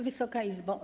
Wysoka Izbo!